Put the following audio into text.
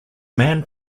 man